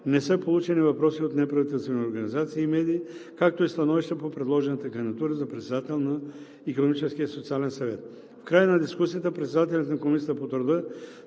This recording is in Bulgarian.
не са получени въпроси от неправителствени организации и медии, както и становища по предложената кандидатура за председател на Икономическия и социален съвет. В края на дискусията председателят на Комисията по труда,